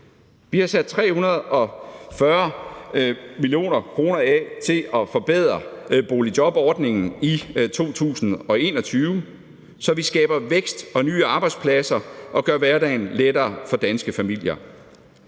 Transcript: Vi har sat 340 mio. kr. af til at forbedre boligjobordningen i 2021, så vi skaber vækst og nye arbejdspladser og gør hverdagen lettere for danske familier.